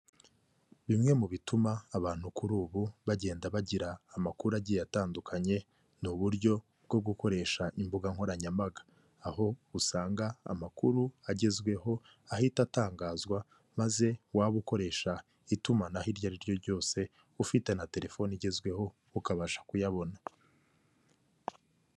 Bimwe mu bituma abantu kuri ubu bagenda bagira amakuru agiye atandukanye, ni uburyo bwo gukoresha imbuga nkoranyambaga, aho usanga amakuru agezweho ahita atangazwa, maze waba ukoresha itumanaho iryo ari ryo ryose, ufite na telefone igezweho ukabasha kuyabona.